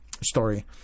story